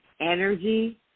energy